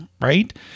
right